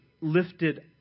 lifted